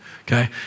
okay